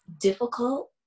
difficult